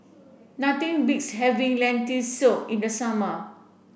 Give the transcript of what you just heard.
nothing beats having Lentil soup in the summer